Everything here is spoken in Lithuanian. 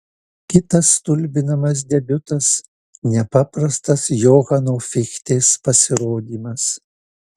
kitas stulbinamas debiutas nepaprastas johano fichtės pasirodymas